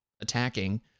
attacking